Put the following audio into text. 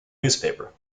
newspaper